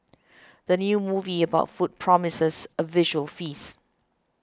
the new movie about food promises a visual feast